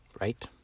Right